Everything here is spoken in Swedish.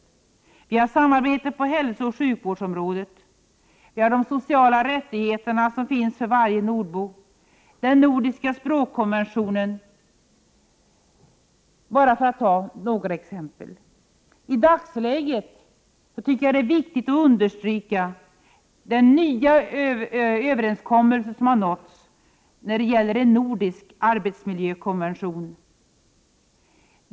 Vi har samarbetet på hälsooch sjukvårdsområdet. Vidare har vi de sociala rättigheterna som finns för varje nordisk medborgare och vi har den nordiska språkkonventionen m.m. I dagsläget anser jag att det är viktigt att framhålla den nya överenskommelse som har nåtts när det gäller en nordisk arbetsmiljökonvention.